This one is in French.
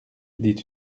dit